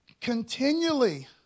continually